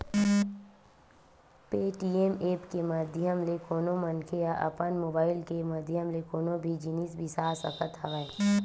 Paytm app के माधियम ले कोनो मनखे ह अपन मुबाइल के माधियम ले कोनो भी जिनिस बिसा सकत हवय